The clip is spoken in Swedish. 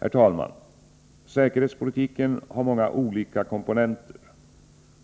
Herr talman! Säkerhetspolitiken har många olika komponenter.